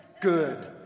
good